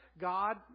God